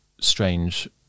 strange